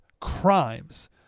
crimes